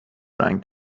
رنگ